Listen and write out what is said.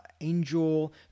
angel